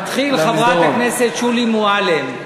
נתחיל, חברת הכנסת שולי מועלם,